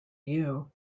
you